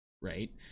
right